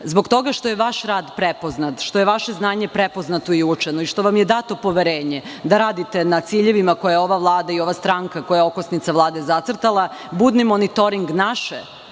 zbog toga što je vaš rad prepoznat, što je vaše znanje prepoznato i uočeno i što vam je dato poverenje da radite na ciljevima koje je ova vlada i ova stranka, koja je okosnica Vlade, zacrtala. Budni monitoring naše